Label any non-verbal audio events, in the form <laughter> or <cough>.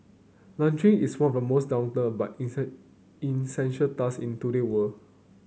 laundry is one of the most daunted but <unintelligible> essential task in today world